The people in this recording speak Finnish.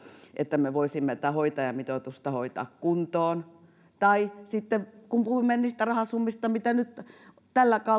että me voisimme tätä hoitajamitoitusta hoitaa kuntoon tai sitten kun puhuimme niistä rahasummista mitä nyt tällä